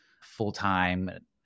full-time